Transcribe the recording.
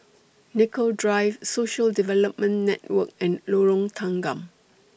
Nicoll Drive Social Development Network and Lorong Tanggam